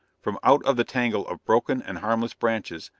from out of the tangle of broken and harmless branches,